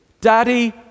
Daddy